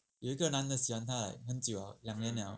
有一个男的喜欢她 eh 很久 liao 两年 liao